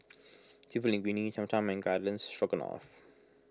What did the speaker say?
Seafood Linguine Cham Cham and Garden Stroganoff